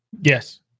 Yes